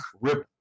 rip